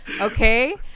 Okay